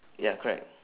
ya correct